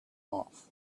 off